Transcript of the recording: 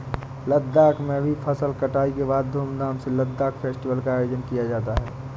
लद्दाख में भी फसल कटाई के बाद धूमधाम से लद्दाख फेस्टिवल का आयोजन किया जाता है